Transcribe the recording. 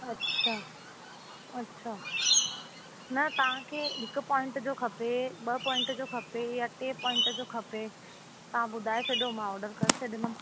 अच्छा अच्छा न तव्हांखे हिकु पॉइंट जो खपे ॿ पॉइंट जो खपे या टे पॉइंट जो खपे तव्हां ॿुधाए छॾियो मां ऑडर करे छॾंदमि